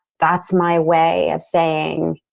that's my way of saying.